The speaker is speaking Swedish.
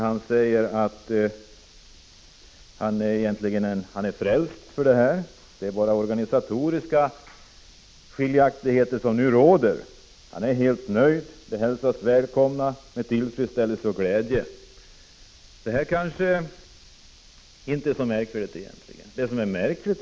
Han säger att han är frälst av detta förslag — det finns nu bara organisatoriska skiljaktigheter. Han är helt nöjd och hälsar med tillfredsställelse och glädje regeringens förslag välkommet. Det här är kanske inte så märkligt.